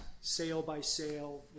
sale-by-sale